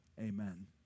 amen